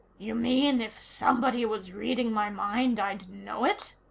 you mean, if somebody was reading my mind, i'd know it?